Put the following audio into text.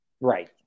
Right